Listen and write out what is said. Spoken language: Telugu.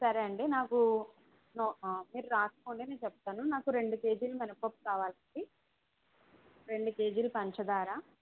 సరే అండి నాకు మీరు రాసుకోండి నేను చెప్తాను నాకు రెండు కేజీలు మినప్పప్పు కావాలండి రేడు కేజీలు పంచదార